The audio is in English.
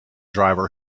driver